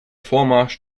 vormarsch